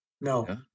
no